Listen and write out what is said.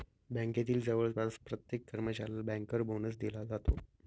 बँकेतील जवळपास प्रत्येक कर्मचाऱ्याला बँकर बोनस दिला जातो